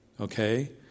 Okay